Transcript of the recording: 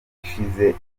ishize